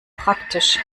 praktisch